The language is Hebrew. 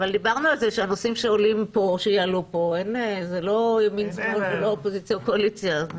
אבל דיברנו על זה שהנושאים שיעלו פה - זה לא אופוזיציה או קואליציה.